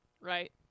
Right